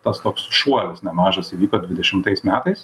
tas toks šuolis nemažas įvyko dvidešimtais metais